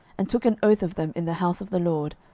and took an oath of them in the house of the lord,